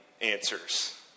answers